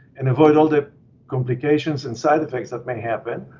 and avoid all the complications and side effects that may happen.